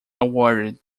awarded